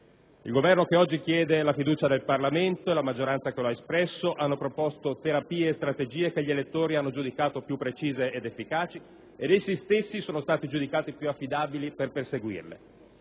Il Governo che oggi chiede la fiducia del Parlamento e la maggioranza che lo ha espresso hanno proposto terapie e strategie che gli elettori hanno giudicato più precise ed efficaci ed essi stessi sono stati giudicati più affidabili per perseguirle.